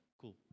Cool